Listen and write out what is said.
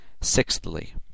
Sixthly